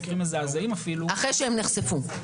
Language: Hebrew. מקרים מזעזעים אפילו --- אחרי שהם נחשפו.